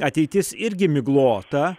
ateitis irgi miglota